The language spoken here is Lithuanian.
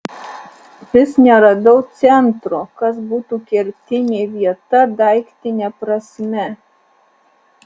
vis neradau centro kas būtų kertinė vieta daiktine prasme